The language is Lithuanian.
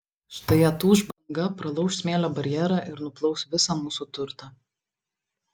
štai atūš banga pralauš smėlio barjerą ir nuplaus visą mūsų turtą